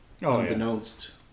unbeknownst